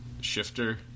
shifter